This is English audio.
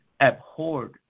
abhorred